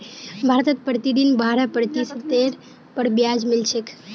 भारतत प्रतिदिन बारह प्रतिशतेर पर ब्याज मिल छेक